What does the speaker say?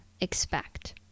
expect